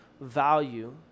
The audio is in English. value